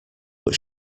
but